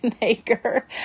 maker